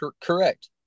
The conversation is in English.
correct